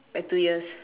by two years